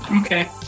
Okay